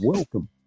Welcome